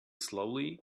slowly